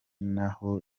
naho